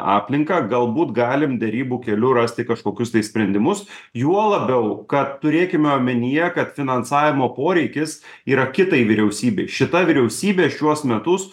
aplinką galbūt galim derybų keliu rasti kažkokius tai sprendimus juo labiau kad turėkime omenyje kad finansavimo poreikis yra kitai vyriausybei šita vyriausybė šiuos metus